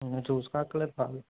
చూసుకో అక్కరలేదు పర్లే